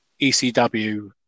ECW